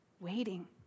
waiting